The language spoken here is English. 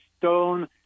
stone